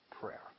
prayer